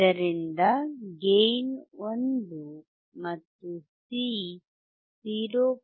ಇದರಿಂದ ಗೇಯ್ನ್ 1 ಮತ್ತು C 0